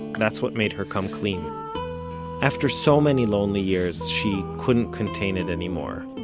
that's what made her come clean after so many lonely years, she couldn't contain it anymore.